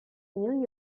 new